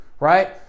Right